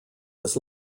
his